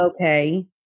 okay